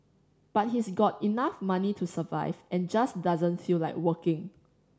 but he's got enough money to survive and just doesn't feel like working